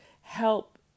help